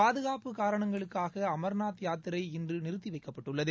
பாதுகாப்பு காரணங்களுக்காக அமா்நாத் யாத்திரை இன்று நிறுத்தி வைக்கப்பட்டுள்ளது